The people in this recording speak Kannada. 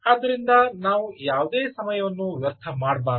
ಆದ್ದರಿಂದ ನಾವು ಯಾವುದೇ ಸಮಯವನ್ನು ವ್ಯರ್ಥ ಮಾಡಬಾರದು